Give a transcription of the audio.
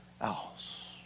else